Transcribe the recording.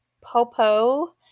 Popo